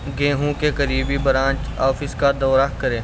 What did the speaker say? گیہوں کے قریبی برانچ آفس کا دورہ کریں